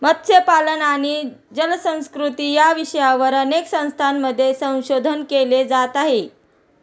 मत्स्यपालन आणि जलसंस्कृती या विषयावर अनेक संस्थांमध्ये संशोधन केले जात आहे